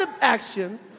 action